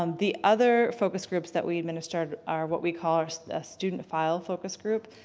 um the other focus groups that we administered are what we call our student file focus group.